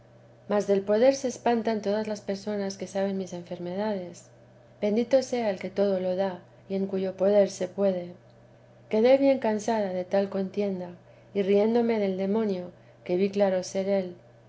mas del poder se espantan todas las nersonas que saben mis enfermedades bendito sea él que todo lo da y en cuyo poder se puede quedé bien cansada de tal contienda y riéndome del demonio que vi claro ser él